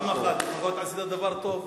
פעם אחת לפחות עשית דבר טוב.